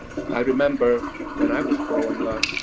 i remember, when i was growing up,